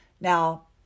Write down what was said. Now